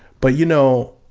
but you know,